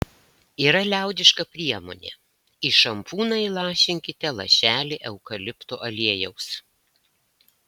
yra liaudiška priemonė į šampūną įlašinkite lašelį eukalipto aliejaus